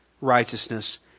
righteousness